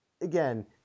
again